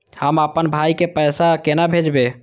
हम आपन भाई के पैसा केना भेजबे?